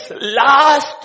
last